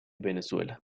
venezuela